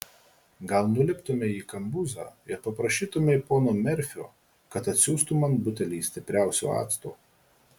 gal nuliptumei į kambuzą ir paprašytumei pono merfio kad atsiųstų man butelį stipriausio acto